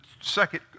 second